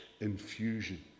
infusion